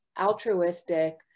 altruistic